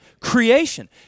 Creation